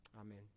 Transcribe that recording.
Amen